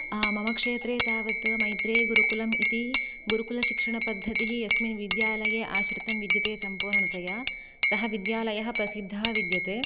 मम क्षेत्रे तावत् मैत्रेयी गुरुकुलमिति गुरुकुलशिक्षणपद्धतिः यस्मिन् विद्यालये आश्रितं विद्यते सम्पूर्णतया सः विद्यालयः प्रसिद्धः विद्यते